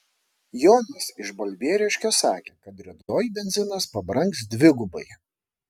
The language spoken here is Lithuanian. jonas iš balbieriškio sakė kad rytoj benzinas pabrangs dvigubai